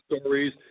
stories